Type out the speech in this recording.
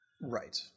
Right